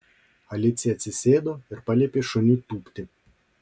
alicija atsisėdo ir paliepė šuniui tūpti